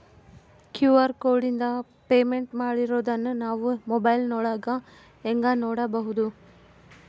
QR ಕೋಡಿಂದ payment ಮಾಡಿರೋದನ್ನ ನಾವು ಮೊಬೈಲಿನೊಳಗ ಹೆಂಗ ನೋಡಬಹುದು?